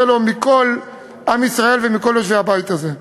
לו מכל עם ישראל ומכל יושבי הבית הזה.